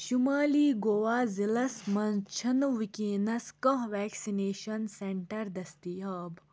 شُمٲلی گَوا ضلعس منٛز چھِنہٕ وٕکٮ۪نَس کانٛہہ وٮ۪کسِنیشَن سٮ۪نٹَر دٔستِیاب